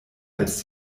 als